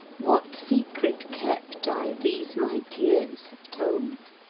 what secret kept i these my tears have told,